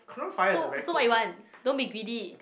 so so what you want don't be greedy